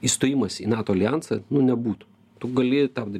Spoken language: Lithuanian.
įstojimas į nato aljansą nu nebūtų tu gali ten